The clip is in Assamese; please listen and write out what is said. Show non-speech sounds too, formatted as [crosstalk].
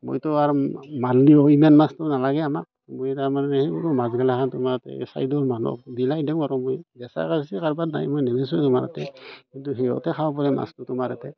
মইতো আৰু মা [unintelligible] দিওঁ ইমান মাছতো নালাগে আমাক মই তাৰমানে এইবোৰ মাছগিলাখন তোমাৰ এই ছাইডৰ মানুহক বিলাই দিওঁ আৰু মই জেছা হৈছে কাৰোবাৰ নাই মই নিবিচাৰোঁ কিন্তু সিহঁতে খাব পাৰে মাছটো তোমাৰ ইয়াতে